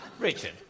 Richard